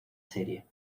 serie